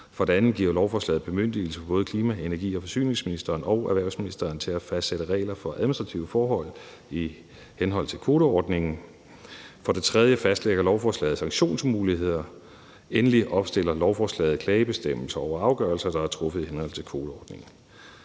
For det andet giver lovforslaget en bemyndigelse for både klima-, energi- og forsyningsministeren og erhvervsministeren til at fastsætte regler for administrative forhold i henhold til kvoteordningen. For det tredje fastlægger lovforslaget sanktionsmuligheder. For det fjerde opstiller lovforslaget klagebestemmelser over afgørelser, der er truffet i henhold til kvoteordningerne.